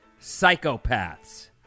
psychopaths